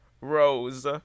Rose